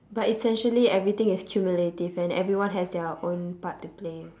but essentially everything is cumulative and everyone has their own part to play